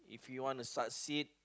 if you want to succeeded